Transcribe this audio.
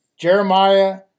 Jeremiah